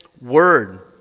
word